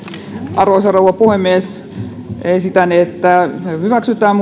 arvoisa rouva puhemies esitän että hyväksytään